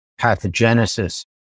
pathogenesis